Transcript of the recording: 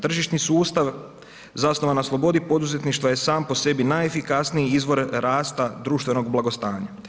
Tržišni sustav zasnovan na slobodi poduzetništva je sam po sebi najefikasniji izvor rasta društvenog blagostanja.